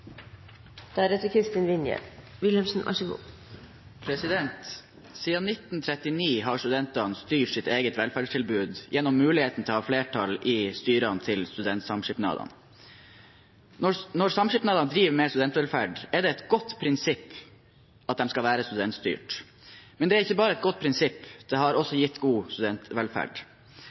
å ha flertall i styrene til studentsamskipnadene. Når samskipnadene driver med studentvelferd, er det et godt prinsipp at de skal være studentstyrt. Men det er ikke bare et godt prinsipp – det har